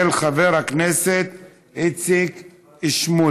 מס' 8691, של חבר הכנסת איציק שמולי.